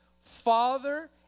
father